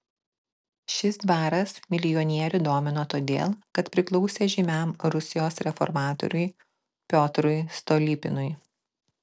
šis dvaras milijonierių domino todėl kad priklausė žymiam rusijos reformatoriui piotrui stolypinui